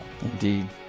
Indeed